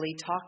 Talk